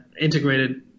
integrated